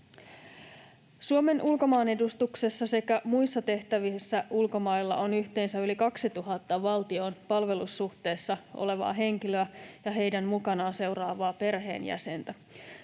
Suomen ulkomaanedustuksessa sekä muissa tehtävissä ulkomailla on yhteensä yli 2 000 valtioon palvelussuhteessa olevaa henkilöä ja heidän mukanaan seuraavaa perheenjäsentä.